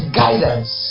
guidance